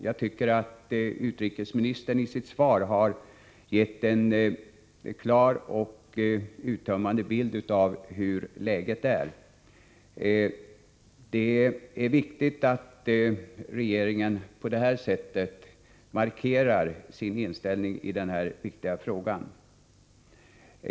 Jag tycker att utrikesministern i sitt uttömmande svar har gett en klar bild av hur läget är. Det är av stor betydelse att regeringen på detta sätt markerar sin inställning i denna viktiga fråga.